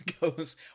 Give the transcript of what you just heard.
goes